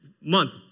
month